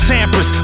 Sampras